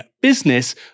business